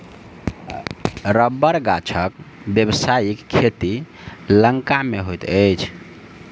रबड़ गाछक व्यवसायिक खेती लंका मे होइत अछि